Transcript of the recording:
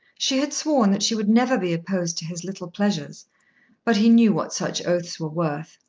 she had sworn that she would never be opposed to his little pleasures but he knew what such oaths were worth.